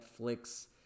Netflix